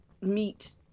meet